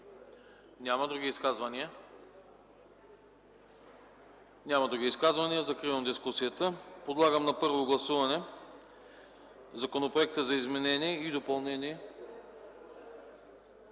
Няма. Други изказвания? Няма. Закривам дискусията. Подлагам на първо гласуване Законопроекта за изменение и допълнение